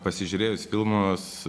pasižiūrėjus filmus